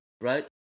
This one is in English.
Right